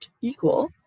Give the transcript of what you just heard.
equal